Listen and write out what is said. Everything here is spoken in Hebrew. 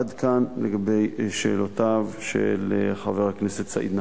עד כאן לגבי שאלותיו של חבר הכנסת סעיד נפאע.